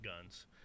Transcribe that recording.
guns